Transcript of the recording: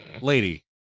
lady